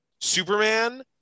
Superman